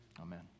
Amen